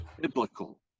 biblical